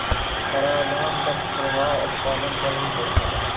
करादान का प्रभाव उत्पादन पर भी पड़ता है